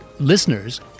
Listeners